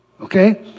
Okay